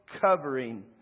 covering